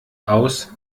aus